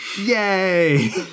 Yay